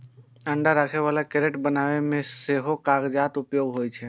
अंडा राखै बला क्रेट बनबै मे सेहो कागतक उपयोग होइ छै